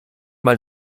mal